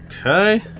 Okay